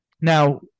Now